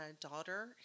daughter